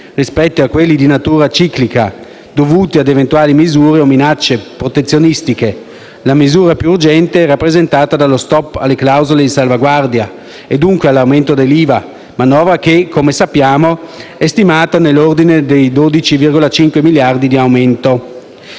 rispetto a quelli di natura ciclica, dovuti ad eventuali misure o minacce protezionistiche, la misura più urgente è rappresentata dallo *stop* alle clausole di salvaguardia e dunque all'aumento dell'IVA, manovra che come sappiamo è stimata nell'ordine dei 12,5 miliardi di aumento.